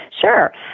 Sure